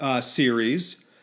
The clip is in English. series